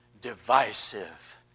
divisive